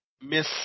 miss